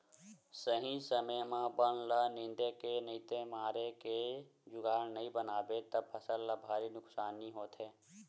सही समे म बन ल निंदे के नइते मारे के जुगाड़ नइ जमाबे त फसल ल भारी नुकसानी होथे